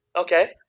Okay